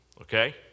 Okay